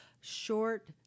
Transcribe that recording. short